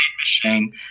machine